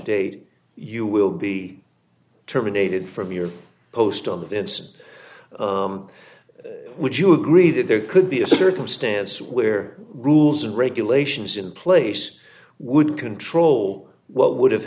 date you will be terminated from your post on it's would you agree that there could be a circumstance where rules and regulations in place would control what would have